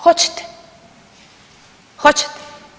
Hoćete, hoćete.